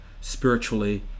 spiritually